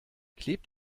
klebt